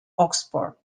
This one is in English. oxford